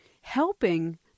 helping